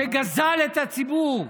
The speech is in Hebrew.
שגזל את הציבור,